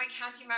County